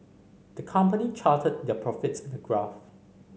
the company charted their profits in a graph